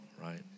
right